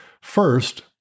First